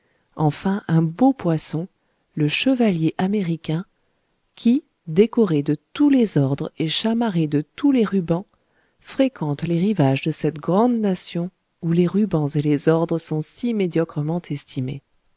enfin un beau poisson le chevalier américain qui décoré de tous les ordres et chamarré de tous les rubans fréquente les rivages de cette grande nation où les rubans et les ordres sont si médiocrement estimés